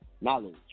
Knowledge